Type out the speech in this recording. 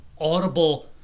audible